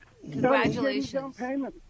Congratulations